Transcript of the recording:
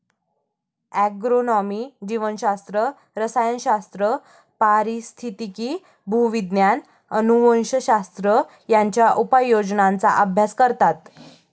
agronomy जीवशास्त्र, रसायनशास्त्र, पारिस्थितिकी, भूविज्ञान, अनुवंशशास्त्र यांच्या उपयोजनांचा अभ्यास करतात